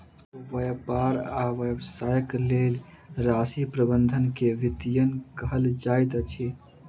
व्यापार आ व्यवसायक लेल राशि प्रबंधन के वित्तीयन कहल जाइत अछि